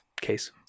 case